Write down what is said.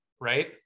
right